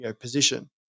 position